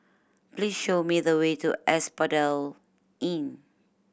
please show me the way to Asphodel Inn